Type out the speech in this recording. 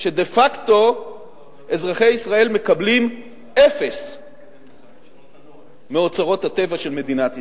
שדה-פקטו אזרחי ישראל מקבלים אפס מאוצרות הטבע של מדינת ישראל,